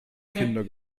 kinder